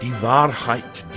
um ah wahrheit.